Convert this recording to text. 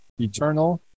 eternal